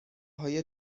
های